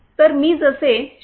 तर मी जसे श्री